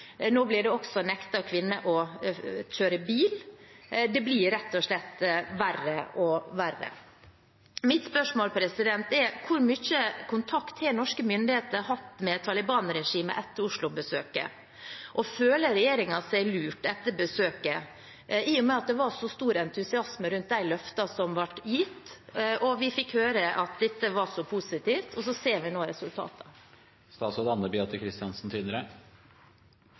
Nå blir kvinner også nektet å kjøre bil. Det blir rett og slett verre og verre. Mitt spørsmål er: Hvor mye kontakt har norske myndigheter hatt med Taliban-regimet etter Oslo-besøket? Og føler regjeringen seg lurt etter besøket – i og med at det var så stor entusiasme rundt de løftene som ble gitt, og vi fikk høre at dette var så positivt, og så ser vi nå